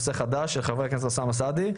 ואחרי זה נעבור לנושאים שעל סדר היום.